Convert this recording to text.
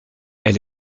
elle